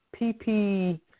PP